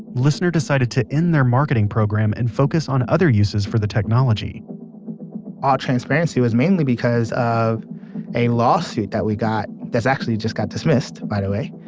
lisnr decided to end their marketing program and focus on other uses for the technology all transparency, it was mainly because of a lawsuit that we got that's actually just got dismissed, by the way,